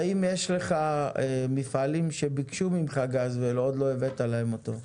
האם יש לך מפעלים שביקשו ממך גז ועוד לא הבאת להם אותו.